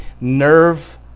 nerve